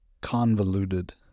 convoluted